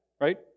right